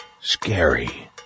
scary